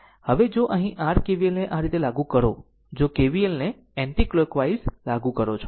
હવે જો અહીં r KVL ને આ રીતે લાગુ કરો જો KVLને એન્ટીકલોકવાઈઝ લાગુ કરો